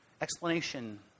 explanation